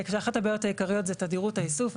אחת הבעיות העיקריות זו תדירות האיסוף,